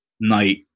night